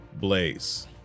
Blaze